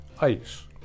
ICE